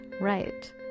right